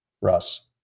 Russ